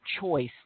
choice